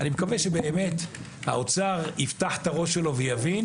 אני מקווה שבאמת משרד האוצר יפתח את הראש שלו ויבין